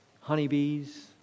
honeybees